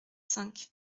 cinq